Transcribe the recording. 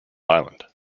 island